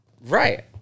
Right